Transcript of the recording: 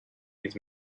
his